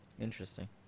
Interesting